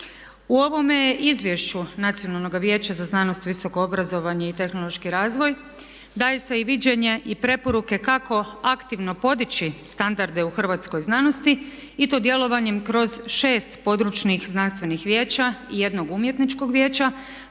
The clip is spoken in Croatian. U ovome izvješću Nacionalnoga vijeća za znanost, visoko obrazovanje i tehnološki razvoja daje se i viđenje i preporuke kako aktivno podići standarde u hrvatskoj znanosti i to djelovanjem kroz šest područnih znanstvenih vijeća i jednog umjetničkog vijeća